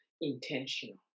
Intentional